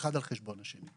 אחד על חשבון השני.